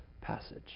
passage